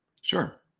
Sure